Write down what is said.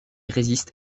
résiste